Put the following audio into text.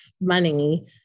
money